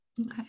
Okay